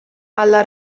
alla